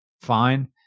fine